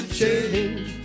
change